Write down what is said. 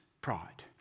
pride